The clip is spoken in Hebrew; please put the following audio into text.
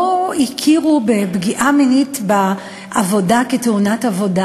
הכירו בפגיעה מינית בעבודה כתאונת עבודה.